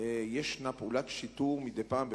יש פעולת שיטור מדי פעם בפעם,